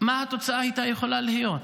מה הייתה יכולה להיות התוצאה?